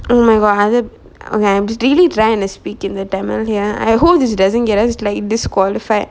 oh my god hazard okay I'm just really trying to speak in the tamil over here I hope this does not get us like disqualified